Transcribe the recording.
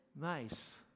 Nice